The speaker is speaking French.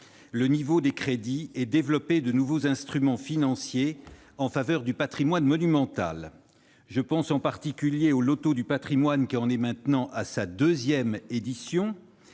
le niveau des crédits et développer de nouveaux instruments financiers en faveur du patrimoine monumental. Je pense en particulier au loto du patrimoine, qui en est maintenant à sa deuxième édition,